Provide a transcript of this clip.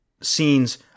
scenes